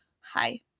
Hi